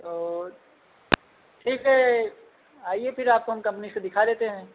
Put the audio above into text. और ठीक है आइए फिर आपको हम कंपनी सब दिखा देते हैं